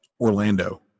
Orlando